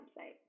website